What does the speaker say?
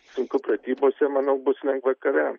sunku pratybose manau bus lengva kare